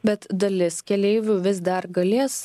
bet dalis keleivių vis dar galės